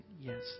Yes